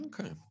Okay